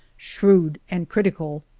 shrewd and critical.